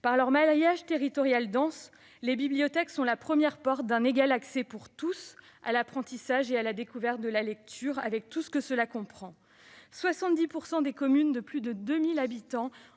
Par leur maillage territorial dense, les bibliothèques sont la première porte d'un égal accès pour tous à l'apprentissage et à la découverte de la lecture, avec tout ce que cela comprend. Ainsi, 70 % des communes de plus de 2 000 habitants